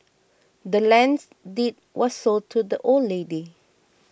the land's deed was sold to the old lady